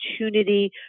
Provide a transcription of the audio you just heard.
opportunity